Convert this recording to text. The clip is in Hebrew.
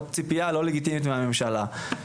ציפייה לא לגיטימית מצד הממשלה.